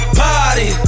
party